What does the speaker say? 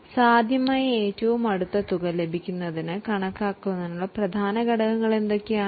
അതിനാൽ സാധ്യമായ ഏറ്റവും അടുത്ത തുക ലഭിക്കുന്നതിന് മൂല്യനിർണ്ണയത്തിൻറെ പ്രധാന ഘടകങ്ങൾ എന്തൊക്കെയാണ്